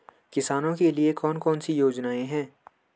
किसानों के लिए कौन कौन सी योजनाएं हैं?